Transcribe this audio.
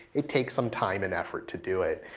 it takes some time and effort to do it.